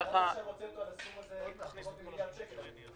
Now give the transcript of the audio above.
אבל עד עכשיו הוצאתם קצת פחות ממיליארד שקלים.